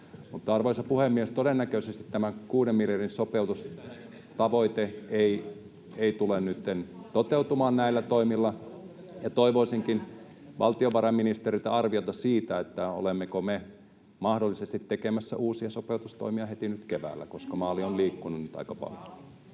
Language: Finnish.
Arvoisa puhemies! Todennäköisesti tämä kuuden miljardin sopeutustavoite ei tule nytten toteutumaan näillä toimilla. Toivoisinkin valtiovarainministeriltä arviota siitä, olemmeko me mahdollisesti tekemässä uusia sopeutustoimia heti keväällä, koska maali on liikkunut aika paljon.